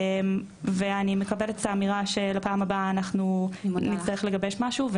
ואני מקבלת את האמירה שלפעם הבאה אנחנו נצטרך לגבש משהו,